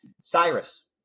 Cyrus